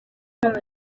ariko